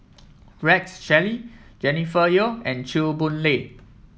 Rex Shelley Jennifer Yeo and Chew Boon Lay